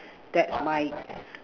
that's my